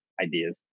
ideas